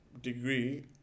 degree